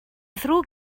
ddrwg